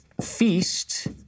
feast